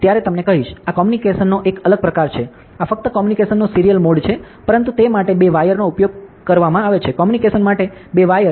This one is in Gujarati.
આ કોમ્યુનિકેશન નો એક અલગ પ્રકાર છે આ ફક્ત કોમ્યુનિકેશનનો સીરીયલ મોડ છે પરંતુ તે માટે 2 વાયર નો ઉપયોગ કરે છે કોમ્યુનિકેશન માટે 2 વાયર